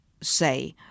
say